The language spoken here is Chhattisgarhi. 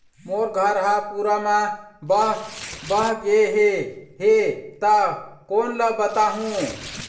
मोर घर हा पूरा मा बह बह गे हे हे ता कोन ला बताहुं?